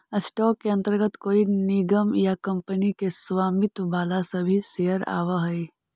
stock के अंतर्गत कोई निगम या कंपनी के स्वामित्व वाला सभी शेयर आवऽ हइ